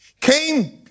came